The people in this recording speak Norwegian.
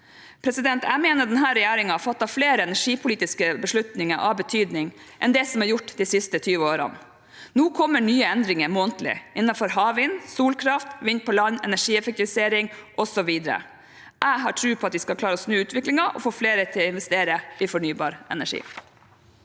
kommunene. Jeg mener denne regjeringen har fattet flere energipolitiske beslutninger av betydning enn det som er gjort de siste 20 årene. Nå kommer nye endringer månedlig, innenfor havvind, solkraft, vind på land, energieffektivisering, osv. Jeg har tro på at vi skal klare å snu utviklingen og få flere til å investere i fornybar energi.